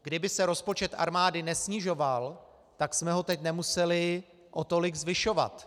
Kdyby se rozpočet armády nesnižoval, tak jsme ho teď nemuseli o tolik zvyšovat.